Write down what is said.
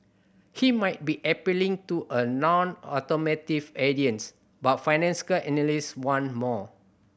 he might be appealing to a nonautomotive audience but financial analysts want more